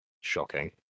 shocking